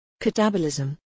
Catabolism